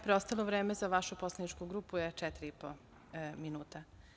Preostalo vreme za vašu poslaničku grupu je četiri i po minuta.